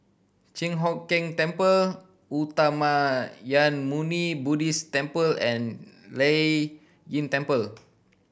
Chi Hock Keng Temple Uttamayanmuni Buddhist Temple and Lei Yin Temple